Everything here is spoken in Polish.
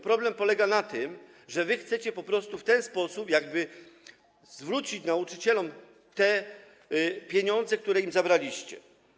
Problem polega jednak na tym, że wy chcecie po prostu w ten sposób zwrócić nauczycielom pieniądze, które im zabraliście.